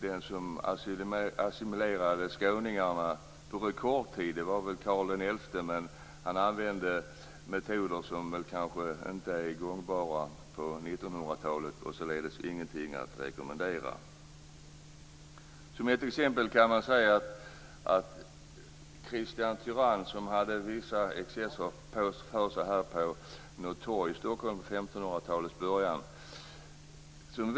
Den som assimilerade skåningarna på rekordtid var väl Karl XI, men han använde metoder som kanske inte är gångbara på 1900-talet och således ingenting att rekommendera. Som ett exempel kan man ta Kristian Tyrann, som hade vissa excesser för sig på något torg här i Stockholm vid 1500-talets början.